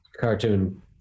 cartoon